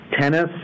tennis